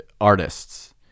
artists